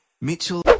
Mitchell